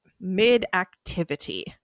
mid-activity